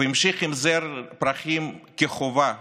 והמשיך בזר פרחים חובה